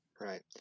Right